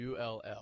ULL